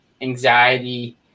anxiety